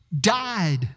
died